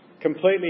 completely